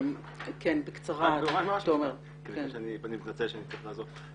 אני מתנצל שאני צריך לעזוב.